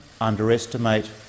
underestimate